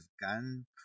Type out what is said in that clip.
gun